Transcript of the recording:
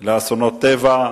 של אסונות טבע,